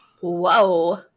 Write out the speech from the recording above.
Whoa